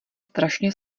strašně